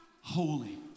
holy